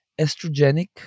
estrogenic